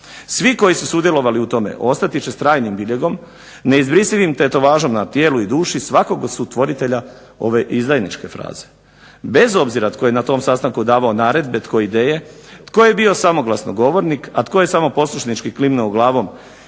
Svi koji su sudjelovali u tome ostati će s trajnim biljegom, neizbrisivim tetovažom na tijelu i duši svakog osuvotvoritelja ove izdajničke fraze. Bez obzira tko je na tom sastanku davao naredbe, a tko ideje, tko je bio samoglasnogovornik, a tko je samo poslušnički glavom